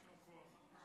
שנייה.